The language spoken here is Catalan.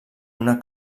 una